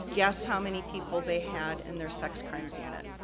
guess how many people they had in their sex crimes unit?